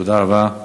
תודה רבה.